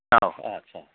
औ आदसा